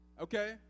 okay